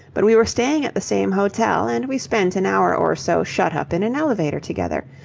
but we were staying at the same hotel, and we spent an hour or so shut up in an elevator together.